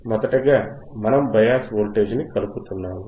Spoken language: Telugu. మొదటగా మనము బయాస్ వోల్టేజ్ని కలుపుతున్నాము